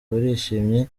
barishimye